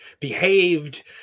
behaved